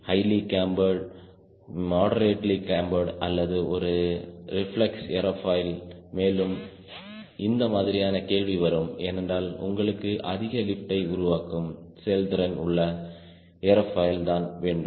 highly cambered moderately cambered அல்லது ஒரு reflex aerofoil மேலும் இந்த மாதிரியான கேள்வி வரும் ஏனென்றால் உங்களுக்கு அதிக லிப்டை உருவாக்கும் செயல்திறன் உள்ள ஏரோபாய்ல் தான் வேண்டும்